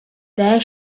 there